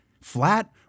flat